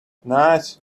nice